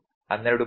5 13